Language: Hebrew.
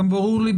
גם ברור לי,